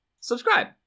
Subscribe